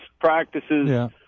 practices